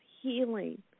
healing